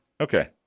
Okay